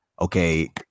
okay